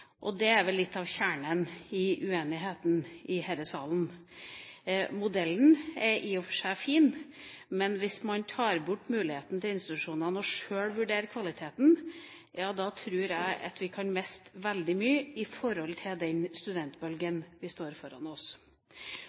Og det er vel litt av kjernen i uenigheten i denne salen. Modellen er i og for seg fin, men hvis man tar bort muligheten for institusjonene til sjøl å vurdere kvaliteten, tror jeg at vi kan miste veldig mye i forhold til den studentbølgen vi står foran.